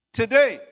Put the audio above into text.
today